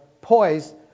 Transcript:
poised